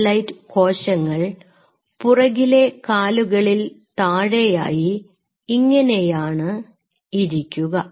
satellite കോശങ്ങൾ പുറകിലെ കാലുകളിൽ താഴെയായി ഇങ്ങനെയാണ് ഇരിക്കുക